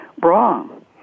wrong